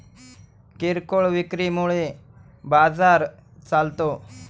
किरकोळ विक्री मुळे बाजार चालतो